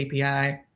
API